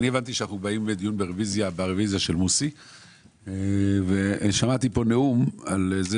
הבנתי שאנחנו באים לדיון ברביזיה של מוסי רז ושמעתי כאן נאום על כך